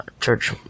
church